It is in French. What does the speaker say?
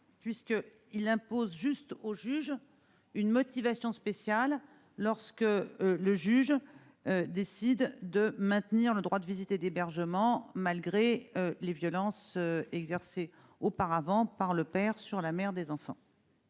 que le juge exprime une motivation spéciale, lorsqu'il décide de maintenir le droit de visite et d'hébergement, malgré les violences exercées auparavant par le père sur la mère des enfants.